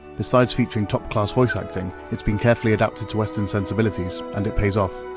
besides featuring top-class voice acting, it's been carefully adapted to western sensibilities and it pays off.